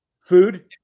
Food